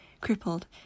crippled